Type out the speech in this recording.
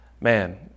Man